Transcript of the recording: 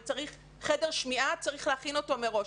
אם צריך חדר שמיעה, צריך להכין אותו מראש.